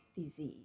disease